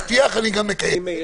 הוא מפריע, הוא מפריע.